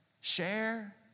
share